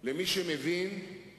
הממשלה במהלך השנה ובדיון התקציב